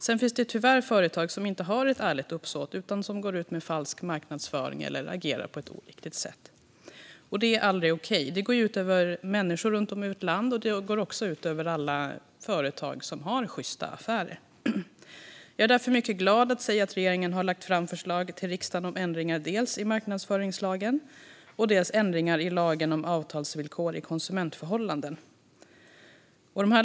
Sedan finns det tyvärr företag som inte har ett ärligt uppsåt utan som går ut med falsk marknadsföring eller agerar på ett olyckligt sätt. Det är aldrig okej. Det går ut över människor runt om i vårt land, och det går också ut över alla företag som gör sjysta affärer. Jag är därför mycket glad att kunna säga att regeringen har lagt fram förslag till riksdagen dels om ändringar i marknadsföringslagen, dels om ändringar i lagen om avtalsvillkor i konsumentförhållanden.